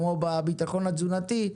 כמו בביטחון התזונתי,